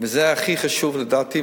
וזה הכי חשוב לדעתי,